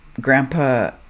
grandpa